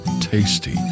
tasty